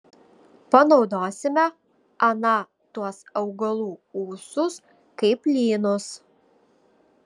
panaudosime ana tuos augalų ūsus kaip lynus